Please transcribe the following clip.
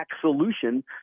solution